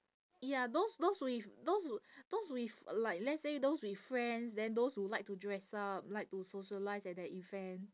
ya those those with those w~ those with like let's say those with friends then those who like to dress up like to socialise at the event